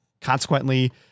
consequently